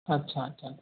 अच्छा अच्छा